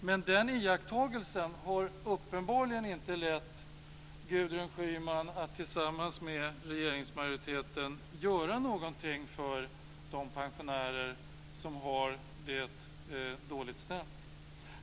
Men den iakttagelsen har uppenbarligen inte lett till att Gudrun Schyman gör någonting tillsammans med regeringsmajoriteten för de pensionärer som har det dåligt ställt.